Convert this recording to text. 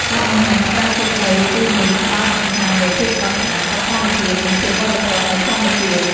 ការបង្ហាញផ្កាឈូកនៅទីនេះផ្តោតសំខាន់លើ ភាពស្រស់ស្អាត សោភ័ណភាព និងភាពបរិសុទ្ធ នៃធម្មជាតិ។